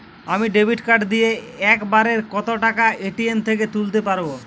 আমি debit card দিয়ে এক বারে কত টাকা এ.টি.এম থেকে তুলতে পারবো?